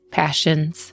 passions